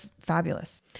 fabulous